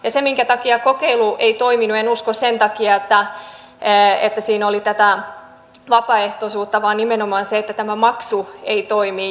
ja en usko että kokeilu ei toiminut sen takia että siinä oli tätä vapaaehtoisuutta vaan nimenomaan sen takia että tämä maksu ei toimi